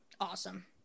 awesome